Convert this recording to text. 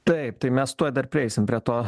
taip tai mes tuo dar prieisim prie to